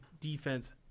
defense